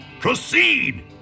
Proceed